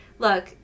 Look